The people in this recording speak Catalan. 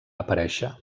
aparèixer